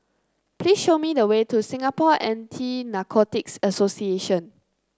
please show me the way to Singapore Anti Narcotics Association